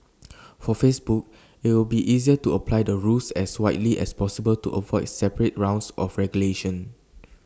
for Facebook IT will be easier to apply the rules as widely as possible to avoid separate rounds of regulation